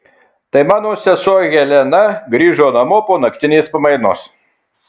tai mano sesuo helena grįžo namo po naktinės pamainos